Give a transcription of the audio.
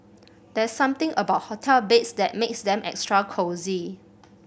there's something about hotel beds that makes them extra cosy